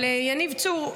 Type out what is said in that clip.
אבל יניב צור,